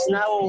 now